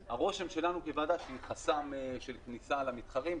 שהרושם שלנו כוועדה שהיא חסם של כניסה למתחרים,